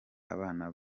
abana